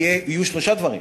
יהיו שלושה דברים: